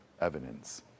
evidence